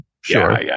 Sure